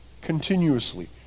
continuously